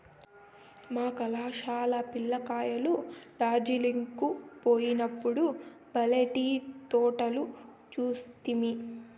మా కళాశాల పిల్ల కాయలు డార్జిలింగ్ కు పోయినప్పుడు బల్లే టీ తోటలు చూస్తిమి